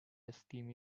esteem